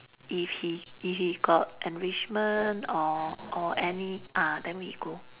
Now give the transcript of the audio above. if he if he got enrichment or or any ah then we go